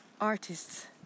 artists